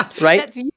Right